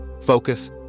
focus